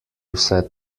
vse